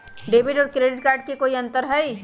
Debit और credit card में कई अंतर हई?